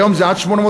היום זה עד 800,000,